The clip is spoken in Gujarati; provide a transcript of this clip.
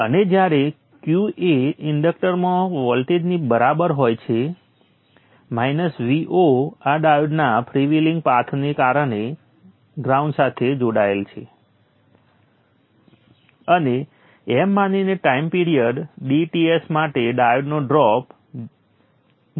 અને જ્યારે Q એ ઇન્ડક્ટરમાં વોલ્ટેજની બહાર હોય છે Vo આ ડાયોડના ફ્રી વ્હીલિંગ પાથને કારણે ગ્રાઉન્ડ સાથે જોડાયેલ છે અને એમ માનીને ટાઈમ પિરિયડ dTs માટે ડાયોડનો ડ્રોપ 0 છે